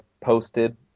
posted